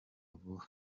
vuba